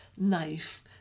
knife